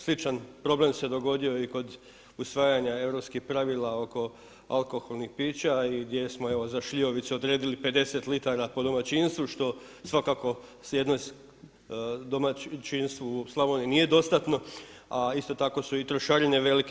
Sličan problem se dogodio i kod usvajanja europskih pravila oko alkoholnih pića i gdje smo evo za šljivovicu odredili 50 litara po domaćinstvu što svako jednom domaćinstvu u Slavoniji nije dostatno, a isto tako su i trošarine velike.